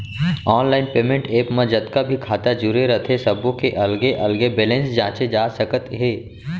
online payment app म जतका भी खाता जुरे रथे सब्बो के अलगे अलगे बेलेंस जांचे जा सकत हे